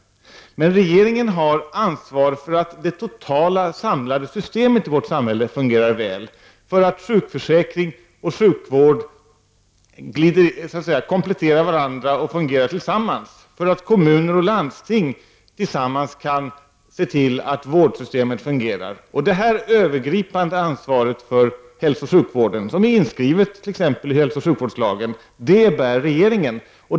Men regeringen har ansvar för att det totala systemet i vårt samhälle fungerar väl, för att sjukförsäkring och sjukvård kompletterar varandra och fungerar tillsammans, för att kommuner och landsting tillsammans kan se till att vårdsystemet fungerar. Detta övergripande ansvar för hälsooch sjukvården — som är inskriven i hälsooch sjukvårdslagen — bär regeringen.